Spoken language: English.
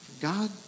God